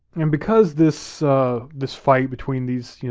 and because this this fight between these,